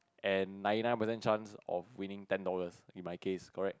and ninety nine percent chance of winning ten dollars in my case correct